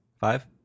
five